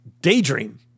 daydream